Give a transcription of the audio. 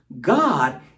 god